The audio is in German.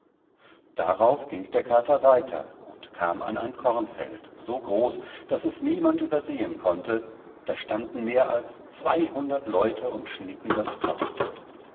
darauf ging der kater weiter und kam an ein kornfeld so groß daß es niemand übersehen konnte da standen mehr als zweihundert leute und schnitten das korn